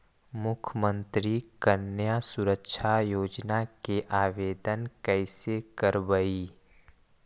मुख्यमंत्री कन्या सुरक्षा योजना के आवेदन कैसे करबइ?